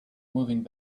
moving